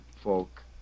folk